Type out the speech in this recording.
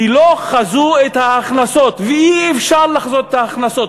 כי לא חזו את ההכנסות ואי-אפשר לחזות את ההכנסות,